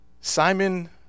Simon